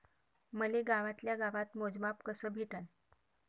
मले गावातल्या गावात मोजमाप कस भेटन?